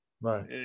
Right